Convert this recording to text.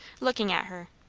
looking at her.